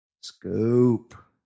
scoop